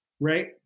right